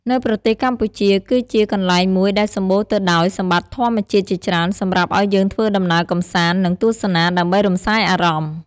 នៅប្រទេសកម្ពុជាគឺជា កន្លែងមួយដែលសម្បូរទៅដោយសម្បិត្តិធម្មជាតិជាច្រើនសម្រាប់ឲ្យយើងធ្វើដំណើរកម្សាន្ត និងទស្សនាដើម្បីរំសាយអារម្មណ៍។